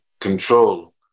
control